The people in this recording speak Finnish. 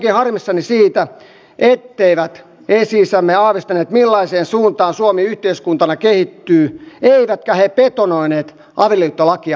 olenkin harmissani siitä etteivät esi isämme aavistaneet millaiseen suuntaan suomi yhteiskuntana kehittyy eivätkä he betonoineet avioliittolakia perustuslakiin